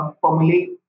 formulate